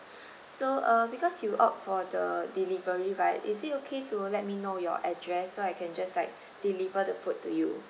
so uh because you opt for the delivery right is it okay to let me know your address so I can just like deliver the food to you